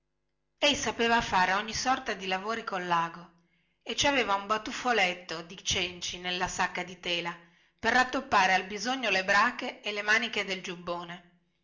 ei sapeva fare ogni sorta di lavori collago e ci aveva un batuffoletto di cenci nella sacca di tela per rattoppare al bisogno le brache e le maniche del